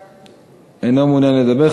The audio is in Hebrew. מחקתי, אינו מעוניין לדבר.